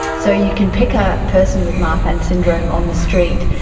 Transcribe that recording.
so you can pick a person with marfan's syndrome on the street.